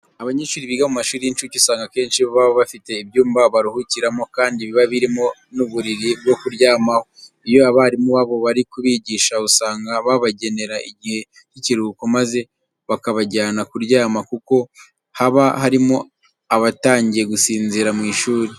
Abanyeshuri biga mu mashuri y'incuke usanga akenshi baba bafite ibyumba baruhukiramo kandi biba birimo n'uburiri bwo kuryamaho. Iyo abarimu babo bari kubigisha usanga babagenera igihe cy'ikiruhuko maze bakabajyana kuryama kuko haba harimo abatangiye gusinzirira mu ishuri.